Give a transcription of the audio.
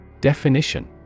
Definition